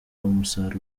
umusaruro